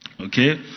Okay